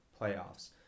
playoffs